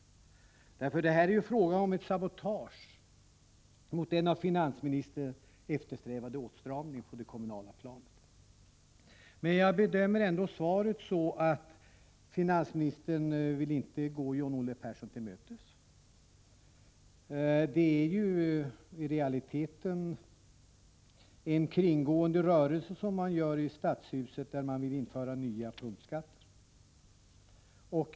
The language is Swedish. Här är det nämligen fråga om ett sabotage mot den av finansministern eftersträvade åtstramningen på det kommunala planet. Jag bedömer ändå svaret så, att finansministern inte vill gå John-Olle Persson till mötes. I realiteten gör man i stadshuset en kringgående rörelse, när man vill införa nya punktskatter.